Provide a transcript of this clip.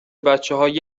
بچههای